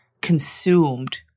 consumed